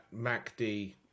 MACD